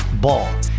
Ball